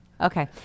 Okay